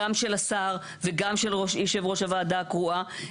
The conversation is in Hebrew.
גם של השר וגם של יושב ראש הוועדה קרואה.